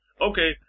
okay